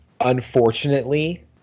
unfortunately